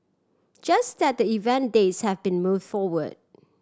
just that the event dates have been move forward